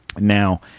Now